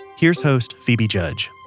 here's host phoebe judge